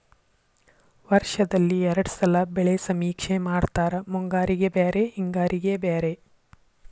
ವರ್ಷದಲ್ಲಿ ಎರ್ಡ್ ಸಲಾ ಬೆಳೆ ಸಮೇಕ್ಷೆ ಮಾಡತಾರ ಮುಂಗಾರಿಗೆ ಬ್ಯಾರೆ ಹಿಂಗಾರಿಗೆ ಬ್ಯಾರೆ